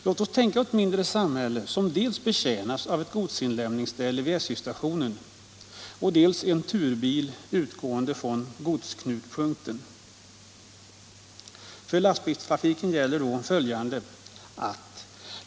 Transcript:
Låt oss tänka oss ett mindre samhälle som betjänas av dels ett godsinlämningsställe vid SJ-stationen, dels en turbil utgående från godsknutpunkten. För lastbilstrafiken gäller då följande.